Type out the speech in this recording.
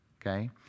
Okay